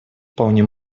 вполне